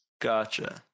Gotcha